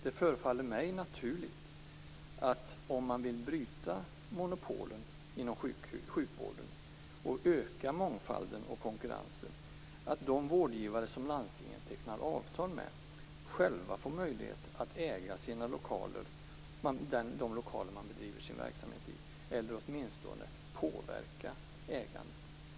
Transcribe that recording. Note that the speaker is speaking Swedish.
Det förefaller mig naturligt att om man vill bryta monopolen inom sjukvården och öka mångfalden och konkurrensen, att de vårdgivare som landstingen tecknar avtal med själva får möjlighet att äga de lokaler de bedriver sin verksamhet i - åtminstone skall de få påverka ägandet.